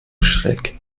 schreck